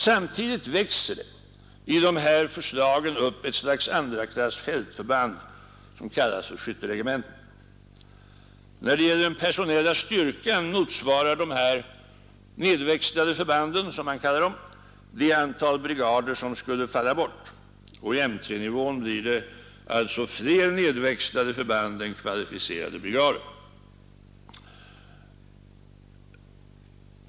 Samtidigt växer det i dessa förslag upp ett slags andraklass fältförband, som kallas skytteregementen. När det gäller den personella styrkan motsvarar dessa s.k. nedväxlade förband det antal brigader som skulle falla bort. I M 3-nivån blir det flera nedväxlade förband än kvalificerade brigader.